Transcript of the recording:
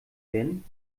werden